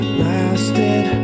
lasted